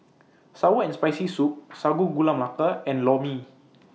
Sour and Spicy Soup Sago Gula Melaka and Lor Mee